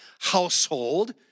household